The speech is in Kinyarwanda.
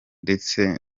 ndetse